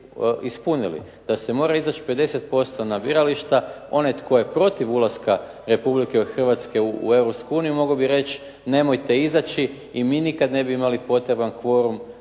ispunili. Da se mora izać 50% na birališta, onaj tko je protiv ulaska Republike Hrvatske u Europsku uniju mogao bi reći nemojte izaći i mi nikad ne bi imali potreban kvorum